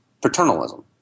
paternalism